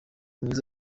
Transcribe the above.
mwiza